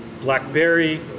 blackberry